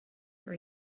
her